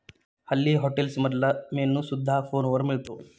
हल्ली हॉटेल्समधला मेन्यू सुद्धा फोनवर मिळतो